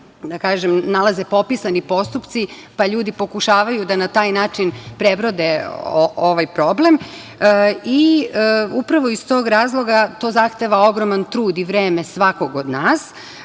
na kojoj se nalaze popisani postupci, pa ljudi pokušavaju da na taj način prebrode ovaj problem i upravo iz tog razloga to zahteva ogroman trud i vreme svakog od